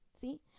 See